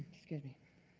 excuse me.